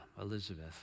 Elizabeth